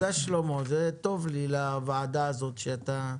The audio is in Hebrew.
בוודאי שאתה לוקח כברכה.